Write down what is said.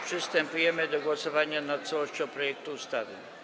Przystępujemy do głosowania nad całością projektu ustawy.